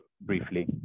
briefly